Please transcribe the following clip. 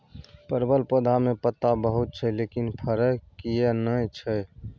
परवल पौधा में पत्ता बहुत छै लेकिन फरय किये नय छै?